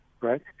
Right